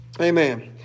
Amen